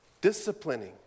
disciplining